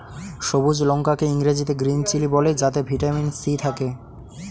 সবুজ লঙ্কা কে ইংরেজিতে গ্রীন চিলি বলে যাতে ভিটামিন সি থাকে